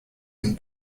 and